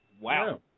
Wow